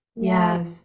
yes